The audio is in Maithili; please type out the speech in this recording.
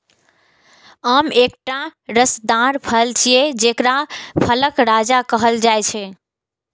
आम एकटा रसदार फल छियै, जेकरा फलक राजा कहल जाइ छै